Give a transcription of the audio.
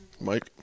mike